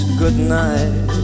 goodnight